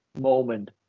moment